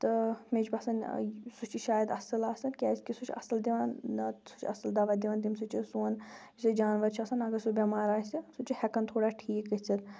تہٕ مےٚ چھِ باسان سُہ چھِ شاید اَصٕل آسان کیازِکہ سُہ چھِ اَصٕل دِوان سُہ چھِ اَصٕل دَوا دِوان تیٚمہِ سۭتۍ چھِ سون یُس یہِ جانوَر چھِ آسان اگر سُہ بٮ۪مار آسہِ سُہ چھِ ہٮ۪کان تھوڑا ٹھیٖک گٔژھتھ